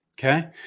okay